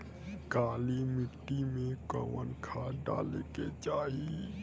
काली मिट्टी में कवन खाद डाले के चाही?